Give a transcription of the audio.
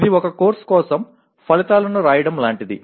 ఇది ఒక కోర్సు కోసం ఫలితాలను రాయడం లాంటిది